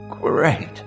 great